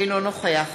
אינו נוכח